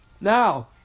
Now